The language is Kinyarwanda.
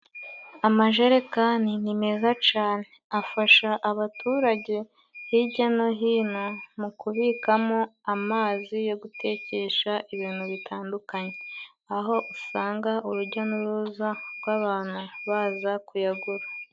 Amajerekani ni meza cane afasha abaturage hijya no hino mu kubikamo amazi yo gutekesha ibintu bitandukanye aho usanga urujya n'uruza rw'abantu baza kuyagura.